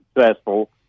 successful